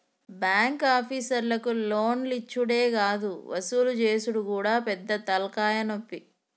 బాంకాపీసర్లకు లోన్లిచ్చుడే గాదు వసూలు జేసుడు గూడా పెద్ద తల్కాయనొప్పి